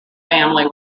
family